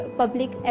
public